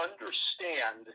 understand